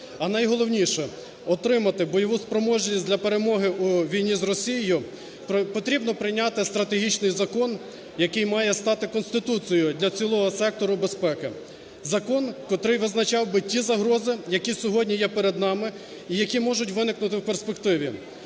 а найголовніше отримати бойову спроможність для перемоги у війні з Росією. Потрібно прийняти стратегічний закон, який має стати Конституцією для цілого сектору безпеки, закон, котрий визначав би ті загрози, які сьогодні є перед нами і які можуть виникнути в перспективі,